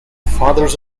fathers